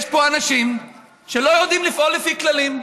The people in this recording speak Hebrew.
פה אנשים שלא יודעים לפעול לפי כללים.